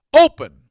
Open